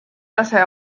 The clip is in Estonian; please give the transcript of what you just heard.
lase